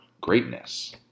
greatness